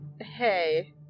Hey